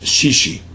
Shishi